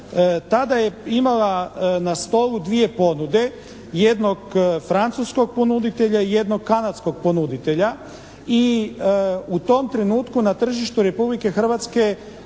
Tada je imala na stolu dvije ponude, jednog francuskog ponuditelja i jednog kanadskog ponuditelja i u tom trenutku na tržištu Republike Hrvatske